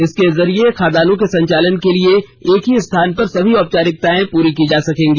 इसके जरिये खदानों के संचालन के लिए एक ही स्थान पर सभी औपचारिकताएं पूरी की जा सकेंगी